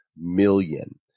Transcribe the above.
million